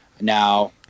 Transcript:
Now